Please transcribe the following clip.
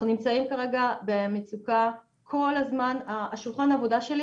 אנחנו נמצאים כרגע במצב שכל הזמן שולחן העבודה שלי